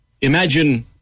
Imagine